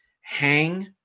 hang